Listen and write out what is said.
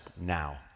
now